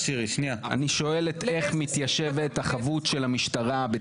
יש התנגדות ויש גם הצעת הצוות המשפטי.